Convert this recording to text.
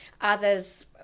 others